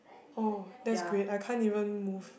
oh that's great I can't even move